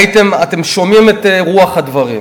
אתם שומעים את רוח הדברים.